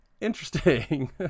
Interesting